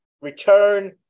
return